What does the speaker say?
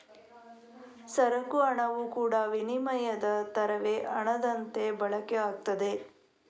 ಸರಕು ಹಣವು ಕೂಡಾ ವಿನಿಮಯದ ತರವೇ ಹಣದಂತೆ ಬಳಕೆ ಆಗ್ತದೆ